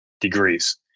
degrees